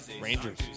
Rangers